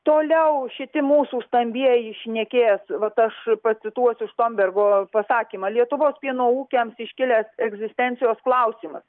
toliau šiti mūsų stambieji šnekės vat aš pacituosiu štombergo pasakymą lietuvos pieno ūkiams iškilęs egzistencijos klausimas